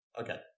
Okay